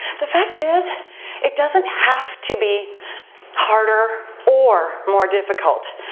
the fact is it doesn't have to be harder or more difficult.